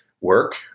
work